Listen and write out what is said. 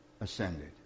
ascended